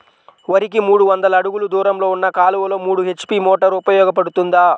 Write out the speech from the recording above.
వరికి మూడు వందల అడుగులు దూరంలో ఉన్న కాలువలో మూడు హెచ్.పీ మోటార్ ఉపయోగపడుతుందా?